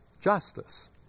justice